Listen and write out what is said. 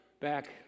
back